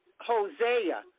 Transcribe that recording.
Hosea